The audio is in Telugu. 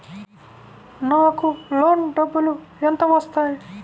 నాకు లోన్ డబ్బులు ఎంత వస్తాయి?